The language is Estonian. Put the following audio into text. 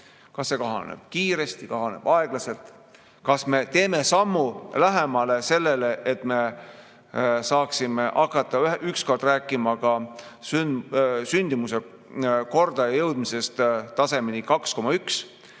kas see kahaneb kiiresti või kahaneb aeglaselt. Kas me teeme sammu lähemale sellele, et me saame hakata ükskord rääkima ka sündimuskordaja jõudmisest tasemeni 2,1?